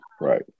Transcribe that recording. right